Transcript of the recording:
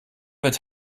wird